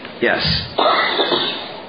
Yes